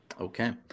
Okay